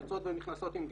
יוצאות ונכנסות על גרמניה.